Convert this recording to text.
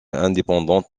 indépendante